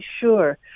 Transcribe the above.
sure